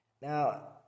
Now